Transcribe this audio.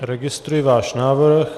Registruji váš návrh.